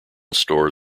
store